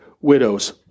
widows